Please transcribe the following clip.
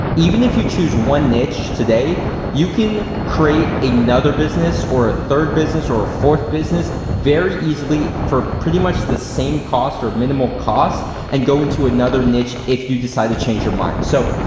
even if you choose one niche today you can create another business or a third business or a fourth business very easily for pretty much the same cost or minimal cost and go into another niche if you decide to change your mind. so,